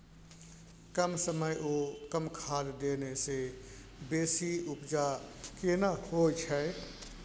कम समय ओ कम खाद देने से बेसी उपजा केना होय छै?